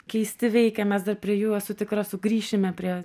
keisti veikia mes dar prie jų esu tikra sugrįšime prie